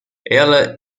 ela